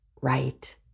right